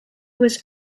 was